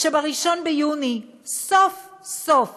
שב-1 ביוני סוף-סוף